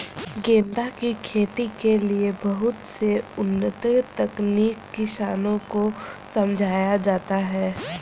गेंदा की खेती के लिए बहुत से उन्नत तकनीक किसानों को समझाए जाते हैं